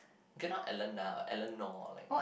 cannot Eleana what Eleanor